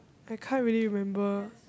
I can't really remember